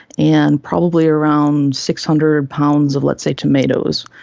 and probably around six hundred pounds of, let's say, tomatoes.